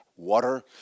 Water